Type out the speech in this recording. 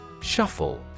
Shuffle